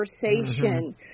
conversation